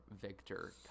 Victor